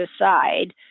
decide